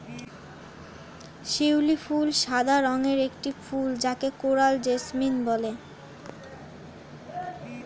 শিউলি ফুল সাদা রঙের একটি ফুল যাকে কোরাল জেসমিন বলে